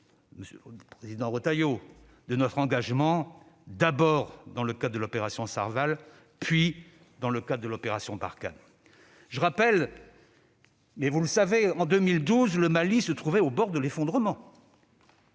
rappeler les raisons de notre engagement, d'abord dans le cadre de l'opération Serval, puis dans le cadre de l'opération Barkhane. Comme vous le savez, en 2012, le Mali se trouvait au bord de l'effondrement